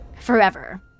forever